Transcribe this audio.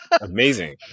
amazing